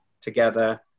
together